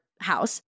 house